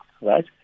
right